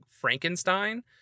Frankenstein